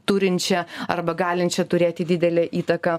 turinčią arba galinčią turėti didelę įtaką